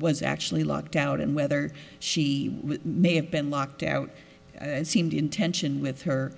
was actually logged out and whether she may have been locked out and seemed in tension with her